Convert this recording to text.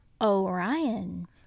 Orion